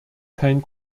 kein